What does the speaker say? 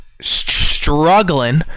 struggling